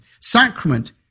Sacrament